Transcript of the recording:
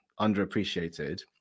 underappreciated